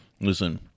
Listen